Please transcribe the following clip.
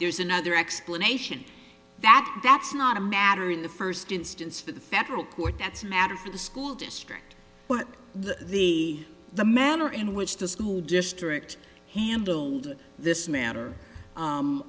there's another explanation that that's not a matter in the first instance for the federal court that's a matter for the school district but the the the manner in which the school district handled this matter